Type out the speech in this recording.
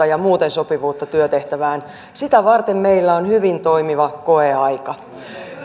ja muuten sopivuutta työtehtävään sitä varten meillä on hyvin toimiva koeaika